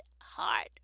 heart